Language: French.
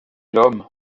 l’homme